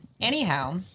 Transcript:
anyhow